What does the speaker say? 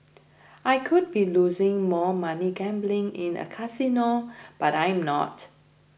I could be losing more money gambling in a casino but I'm not